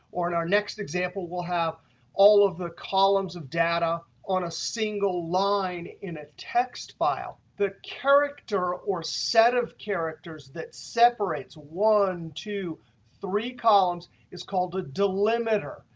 or in our next example we'll have all of the columns of data on a single line in a text file. the character or set of characters that separates one, two three columns is called a delimiter.